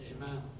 Amen